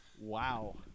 Wow